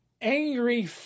angry